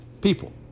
people